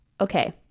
Okay